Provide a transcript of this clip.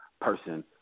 person